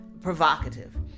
provocative